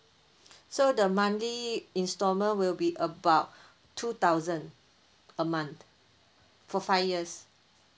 so the monthly installment will be about two thousand a month for five years